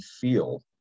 feel